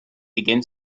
again